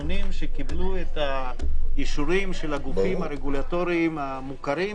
בחיסונים שקיבלו את האישורים של הגופים הרגולטוריים המוכרים,